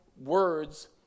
words